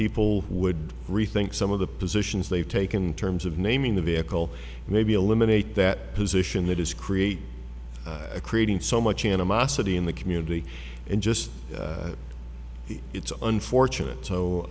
people would rethink some of the positions they've taken terms of naming the vehicle maybe a limb an eight that position that is korea a creating so much animosity in the community and just the it's unfortunate so